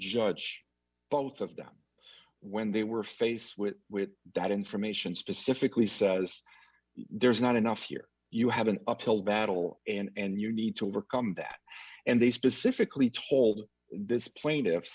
judge both of them when they were faced with that information specifically says there's not enough here you have an uphill battle and you need to overcome that and they specifically told this pla